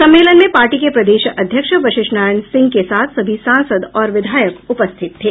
सम्मेलन में पार्टी के प्रदेश अध्यक्ष वशिष्ठ नारायण सिंह के साथ सभी सांसद और विधायक उपस्थित थे